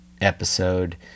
episode